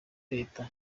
leta